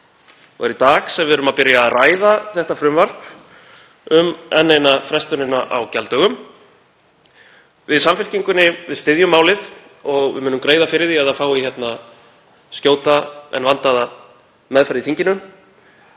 það er í dag sem við erum að byrja að ræða þetta frumvarp um enn eina frestunina á gjalddögum. Við í Samfylkingunni styðjum málið og munum greiða fyrir því að það fái skjóta en vandaða meðferð í þinginu.